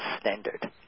Standard